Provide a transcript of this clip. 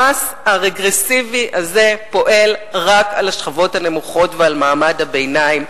המס הרגרסיבי הזה פועל רק על השכבות הנמוכות ועל מעמד הביניים.